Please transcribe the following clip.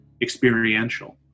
experiential